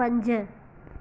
पंज